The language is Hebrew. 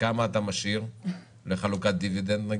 וכמה אתה משאיר לחלוקת דיבידנד?